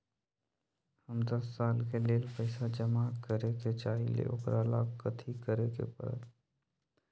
हम दस साल के लेल पैसा जमा करे के चाहईले, ओकरा ला कथि करे के परत?